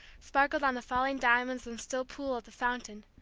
sparkled on the falling diamonds and still pool of the fountain,